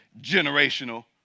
generational